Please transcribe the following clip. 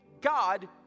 God